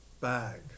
bag